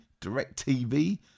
DirecTV